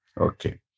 Okay